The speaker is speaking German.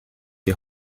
die